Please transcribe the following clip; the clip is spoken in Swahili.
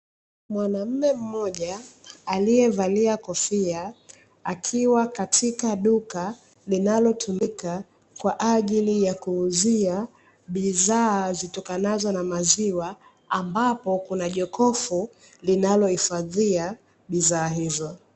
Mwanaume mmoja aliyevalia kofia, akiwa katika duka linalotumika kwa ajili ya kuuzia bidhaa zitokanazo na maziwa ambapo kuna jokofu linalohifadhia bidhaa hizo.